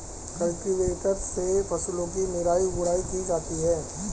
cultivator से फसलों की निराई गुड़ाई की जाती है